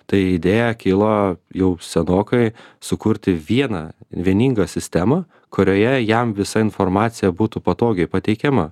ta idėja kilo jau senokai sukurti vieną vieningą sistemą kurioje jam visa informacija būtų patogiai pateikiama